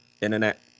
internet